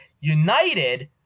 United